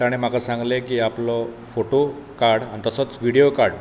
ताणें म्हाका सांगलें की आपलो फोटो काड आनी तसोच विडियो काड